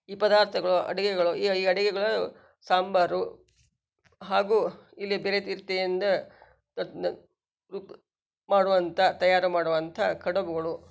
ಈ ಪದಾರ್ಥಗಳು ಅಡಿಗೆಗಳು ಈ ಅಡಿಗೆಗಳ ಸಾಂಬಾರು ಹಾಗೂ ಇಲ್ಲಿ ಬೇರೆ ರೀತಿಯಿಂದ ರೂಪ ಮಾಡುವಂಥ ತಯಾರಿ ಮಾಡುವಂಥ ಕಡುಬುಗಳು